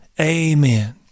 Amen